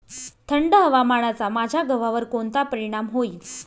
थंड हवामानाचा माझ्या गव्हावर कोणता परिणाम होईल?